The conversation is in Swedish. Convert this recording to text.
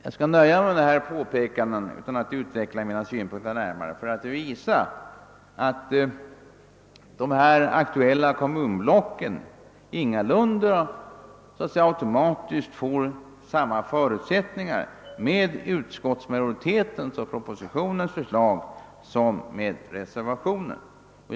Jag skall nöja mig med dessa påpekanden utan att närmare utveckla mina synpunkter, men jag har velat visa att de aktuella kommunblocken ingalunda automatiskt får samma förutsättningar med utskottsmajoritetens förslag som med reservationens.